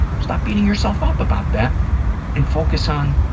stop beating yourself up about that and focus on